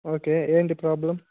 okay ఏంటి problem